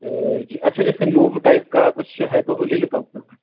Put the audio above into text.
यह जी अच्छा जैसे मूव टाइप का कुछ है तो वह ले लेता हूँ फ़िर मैं